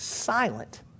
silent